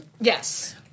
Yes